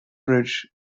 bridge